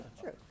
true